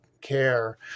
care